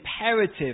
imperative